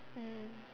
mm